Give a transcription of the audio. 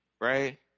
right